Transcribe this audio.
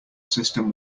system